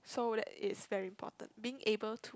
so that's very important being able to